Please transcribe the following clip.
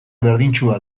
berdintsua